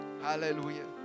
Hallelujah